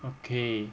okay